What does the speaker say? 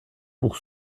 pour